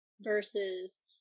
versus